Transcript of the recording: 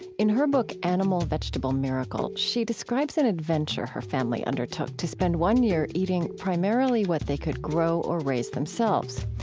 in her book animal, vegetable, miracle, she describes an adventure her family undertook to spend one year eating primarily what they could grow or raise themselves.